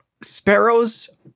sparrows